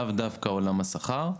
לאו דווקא עולם השכר.